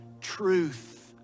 truth